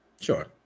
Sure